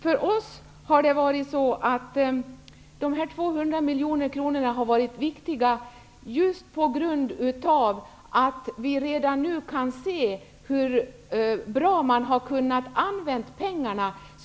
För oss har de här 200 miljoner kronorna varit viktiga just på grund av, som vi redan nu kan se, att pengarna har använts så bra.